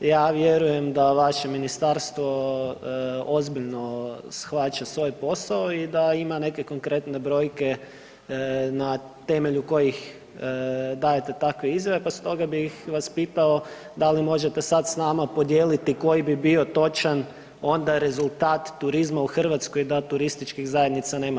Ja vjerujem da vaše ministarstvo ozbiljno shvaća svoj posao i da ima neke konkretne brojke na temelju kojih dajete takve izjave, pa stoga bih vas pitao da li možete sad s nama podijeliti koji bi bio točan onda rezultat turizma u Hrvatskoj da turističkih zajednica nema?